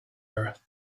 earth